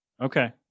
Okay